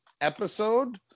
episode